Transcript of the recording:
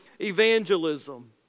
evangelism